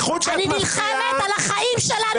אני נלחמת על החיים שלנו.